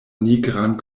nigran